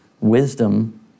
wisdom